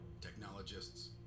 technologists